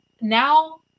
Now